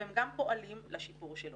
והם גם פועלים לשיפור שלו,